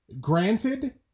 Granted